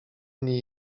nie